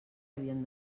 havien